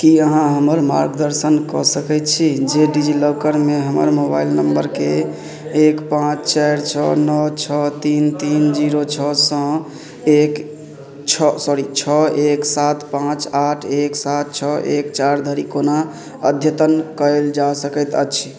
कि अहाँ हमर मार्गदर्शन कऽ सकै छी जे डिजिलॉकरमे हमर मोबाइल नम्बरके एक पाँच चारि छओ नओ छओ तीन तीन जीरो छओसे एक छओ सॉरी छओ एक सात पाँच आठ एक सात छओ एक चारिधरि कोना अद्यतन कएल जा सकैत अछि